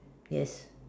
yes